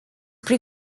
pre